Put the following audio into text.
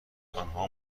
آنها